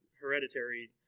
hereditary